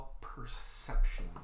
perception